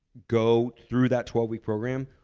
go through that twelve week program.